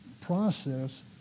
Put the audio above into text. process